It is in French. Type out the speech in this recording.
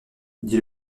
dit